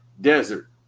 Desert